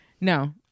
No